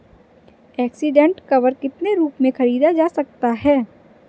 Accident cover कितने रुपए में खरीदा जा सकता है?